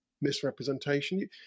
misrepresentation